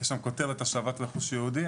יש שם כותרת השבת רכוש יהודי.